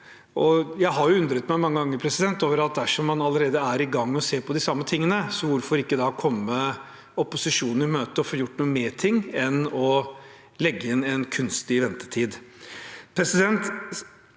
Jeg har mange ganger undret meg over at dersom man allerede er i gang med å se på de samme tingene, hvorfor ikke da komme opposisjonen i møte og få gjort noe med ting, heller enn å legge inn en kunstig ventetid?